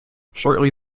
shortly